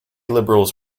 liberals